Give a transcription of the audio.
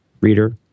Reader